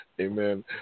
Amen